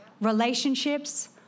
relationships